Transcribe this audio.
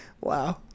wow